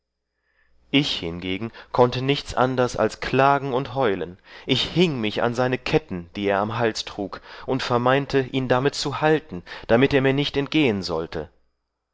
ich hingegen konnte nichts anders als klagen und heulen ich hieng mich an seine ketten die er am hals trug und vermeinte ihn damit zu halten damit er mir nicht entgehen sollte